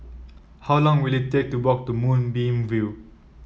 how long will it take to walk to Moonbeam View